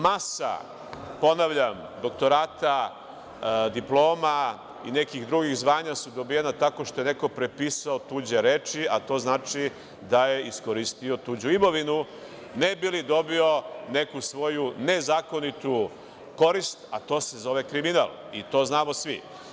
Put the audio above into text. Masa, ponavljam, doktorata, diploma i nekih drugih zvanja su dobijena tako što je neko prepisao tuđe reči, a to znači da je iskoristio tuđu imovinu ne bi li dobio neku svoju nezakonitu korist, a to se zove kriminal i to znamo svi.